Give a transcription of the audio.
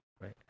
Right